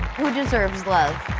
who deserves love?